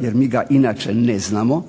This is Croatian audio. jer mi ga inače ne znamo,